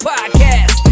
Podcast